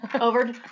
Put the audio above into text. Over